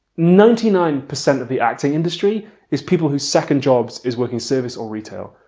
ninety nine percent of the acting industry is people whose second jobs is working service or retail.